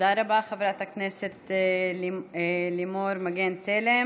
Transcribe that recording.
תודה רבה, חברת הכנסת לימור מגן תלם.